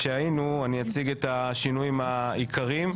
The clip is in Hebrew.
אני אציג את השינויים העיקריים,